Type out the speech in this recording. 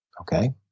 Okay